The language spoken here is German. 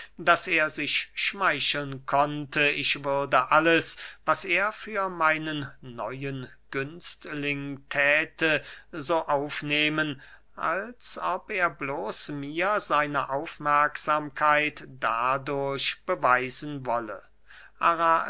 daß er sich schmeicheln konnte ich würde alles was er für meinen neuen günstling thäte so aufnehmen als ob er bloß mir seine aufmerksamkeit dadurch beweisen wolle